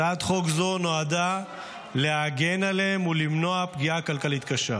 הצעת חוק זו נועדה להגן עליהם ולמנוע פגיעה כלכלית קשה.